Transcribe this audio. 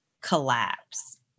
collapse